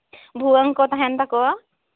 ᱵᱷᱩᱣᱟᱹᱝ ᱠᱚ ᱛᱟᱦᱮᱱ ᱛᱟᱠᱚᱣᱟ